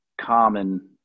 common